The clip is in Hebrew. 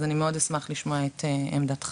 אז מאוד אשמח לשמוע את עמדתך.